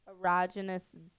Erogenous